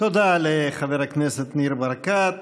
תודה לחבר הכנסת ניר ברקת.